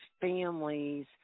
families